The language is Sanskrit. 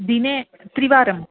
दिने त्रिवारम्